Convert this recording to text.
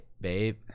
Babe